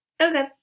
Okay